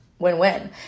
Win-win